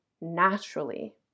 naturally